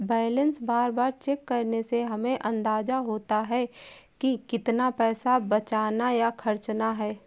balance बार बार check करने से हमे अंदाज़ा होता है की कितना पैसा बचाना या खर्चना है